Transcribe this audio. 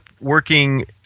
working